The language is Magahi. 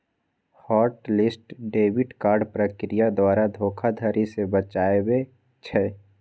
हॉट लिस्ट डेबिट कार्ड प्रक्रिया द्वारा धोखाधड़ी से बचबइ छै